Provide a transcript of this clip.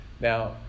Now